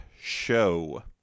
show